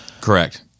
correct